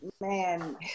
man